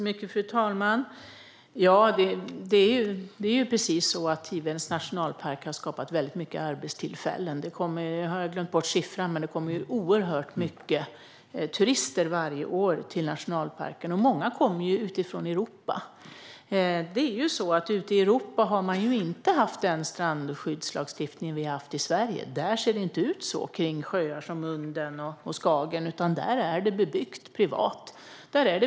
Fru talman! Det är just så att Tivedens nationalpark har skapat många arbetstillfällen. Jag har glömt siffran, men det kommer oerhört många turister varje år till nationalparken, och många av dem kommer från Europa. Ute i Europa har man inte haft en sådan strandskyddslagstiftning som vi har haft i Sverige. Där ser det inte ut som det gör kring sjöar som Unden och Skagern, utan där är det bebyggt privat.